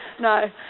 No